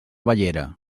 bellera